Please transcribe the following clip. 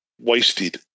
wasted